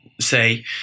say